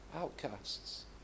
Outcasts